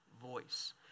voice